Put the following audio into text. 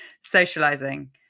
socializing